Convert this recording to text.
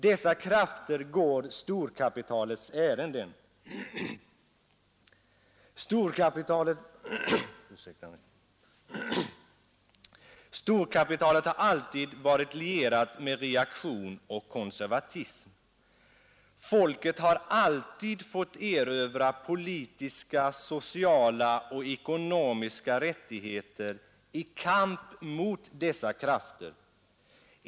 Dessa krafter går storkapitalets ärenden. Storkapitalet har alltid varit lierat med reaktion och konservatism. Folken har alltid fått erövra politiska, sociala och ekonomiska rättigheter i kamp mot dessa krafter.